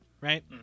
right